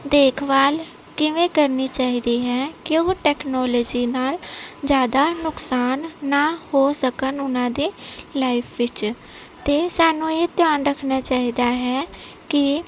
ਦੇਖਭਾਲ ਕਿਵੇਂ ਕਰਨੀ ਚਾਹੀਦੀ ਹੈ ਕਿ ਉਹ ਟੈਕਨੋਲਜੀ ਨਾਲ ਜ਼ਿਆਦਾ ਨੁਕਸਾਨ ਨਾ ਹੋ ਸਕਣ ਉਹਨਾਂ ਦੇ ਲਾਈਫ ਵਿੱਚ ਅਤੇ ਸਾਨੂੰ ਇਹ ਧਿਆਨ ਰੱਖਣਾ ਚਾਹੀਦਾ ਹੈ ਕਿ